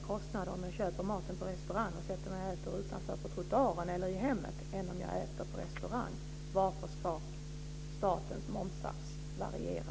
Varför ska statens momssats variera?